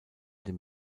den